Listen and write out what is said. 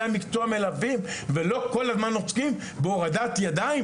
המקצוע מלווים ולא עוסקים בהורדת ידיים.